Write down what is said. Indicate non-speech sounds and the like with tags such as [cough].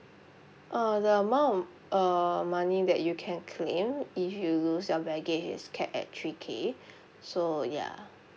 uh the amount of uh money that you can claim if you lose your baggage is capped at three K [breath] so ya